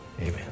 Amen